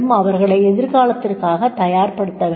அவர்களை எதிர்காலத்திற்காகத் தயார்படுத்தவேண்டும்